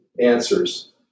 answers